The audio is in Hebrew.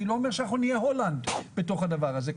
אני לא אומר שאנחנו נהיה הולנד בתוך הדבר הזה,